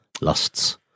lusts